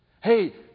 Hey